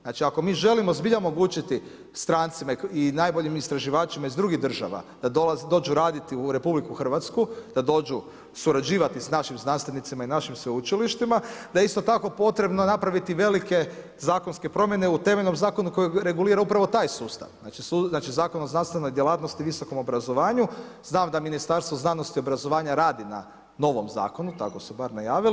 Znači ako mi želimo zbilja omogućiti strancima i najboljim istraživačima iz drugih država da dođu raditi u RH, da dođu surađivati sa našim znanstvenicima i našim sveučilištima, da je isto tako potrebno napraviti velike zakonske promjene u temeljnom zakonu kojeg regulira upravo taj sustav, znači Zakon o znanstvenoj djelatnosti i visokom obrazovanju, znam da Ministarstvo znanosti i obrazovanja radi na novom zakonu, tako su bar najavili.